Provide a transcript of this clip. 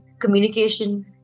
communication